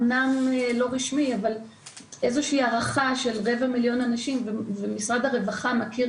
אומנם לא רשמי אבל איזושהי הערכה של רבע מיליון אנשים ומשרד הרווחה מכיר